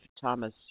Thomas